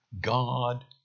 God